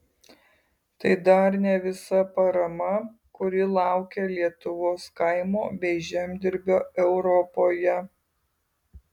tai dar ne visa parama kuri laukia lietuvos kaimo bei žemdirbio europoje